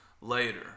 later